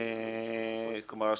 כלומר,